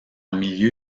milieu